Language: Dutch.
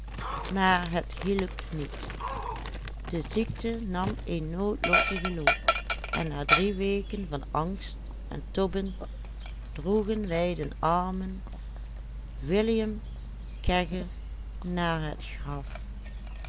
na drie weken van angst en tobben droegen wij den armen william kegge naar het graf